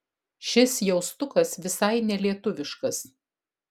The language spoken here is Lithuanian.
šis jaustukas visai nelietuviškas